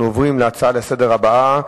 אנחנו עוברים להצעה הבאה,